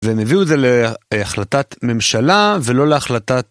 והם הביאו את זה להחלטת ממשלה ולא להחלטת